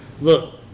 look